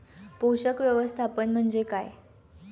पोषक व्यवस्थापन म्हणजे काय?